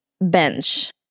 bench